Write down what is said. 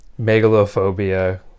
megalophobia